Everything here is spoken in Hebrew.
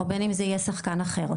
או בין אם זה יהיה שחקן אחר.